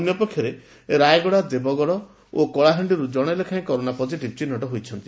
ଅନ୍ୟପକ୍ଷରେ ରାୟଗଡ଼ା ଦେବଗଡ଼ କଳାହାଣ୍ଡିରୁ କଣେ ଲେଖାଏଁ କରୋନା ପଜିଟିଭ୍ ଚିହ୍ନଟ ହୋଇଛନ୍ତି